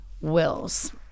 wills